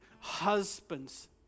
husbands